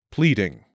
Pleading